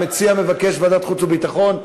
המציע מבקש ועדת חוץ וביטחון,